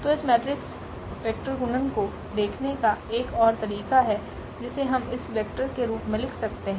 तो इस matrix vector गुणन को देखने का एक और तरीका है जिसे हम इस वेक्टर के रूप में लिख सकते हैं